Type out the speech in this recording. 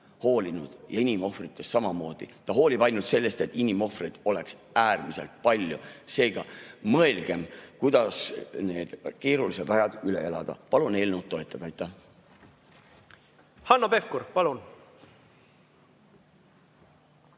hoolinud ja inimohvritest samamoodi. Ta hoolib ainult sellest, et inimohvreid oleks äärmiselt palju. Seega mõelgem, kuidas need keerulised ajad üle elada. Palun eelnõu toetada! Aitäh! Hanno Pevkur, palun!